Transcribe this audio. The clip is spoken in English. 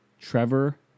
Trevor